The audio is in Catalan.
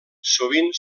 sovint